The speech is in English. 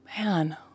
man